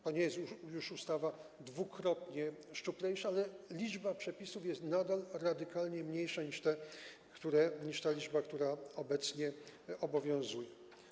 To nie jest już ustawa dwukrotnie szczuplejsza, ale liczba przepisów jest nadal radykalnie mniejsza niż ta liczba, która obecnie obowiązuje.